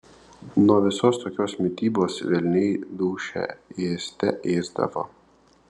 nuo visos tokios mitybos velniai dūšią ėste ėsdavo